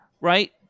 right